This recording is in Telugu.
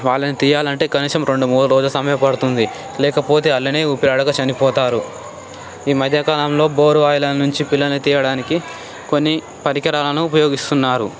వాళ్ళను తీయాలంటే కనీసం రెండు మూడు రోజులు సమయం పడుతుంది లేకపోతే అండ్లనే ఊపిరాడక చనిపోతారు ఈమధ్యకాలంలో బోరు బావిలో నుంచి పిల్లలు తీయడానికి కొన్ని పరికరాలను ఉపయోగిస్తున్నారు